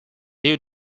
due